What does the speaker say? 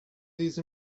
these